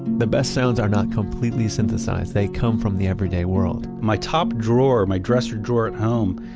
the best sounds are not completely synthesized. they come from the everyday world my top drawer, my dresser drawer at home,